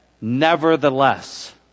Nevertheless